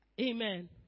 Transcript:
Amen